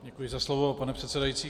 Děkuji za slovo, pane předsedající.